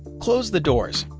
close the doors.